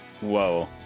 Whoa